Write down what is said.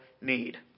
need